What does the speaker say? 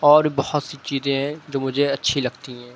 اور بہت سی چیزیں ہیں جو مجھے اچھی لگتی ہیں